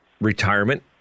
retirement